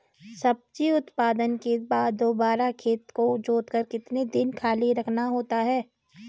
सब्जी उत्पादन के बाद दोबारा खेत को जोतकर कितने दिन खाली रखना होता है?